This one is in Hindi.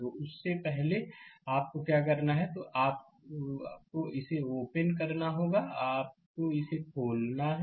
तो पहले आपको क्या करना है आपको इसे ओपन करना होगा आपको इसे खोलना है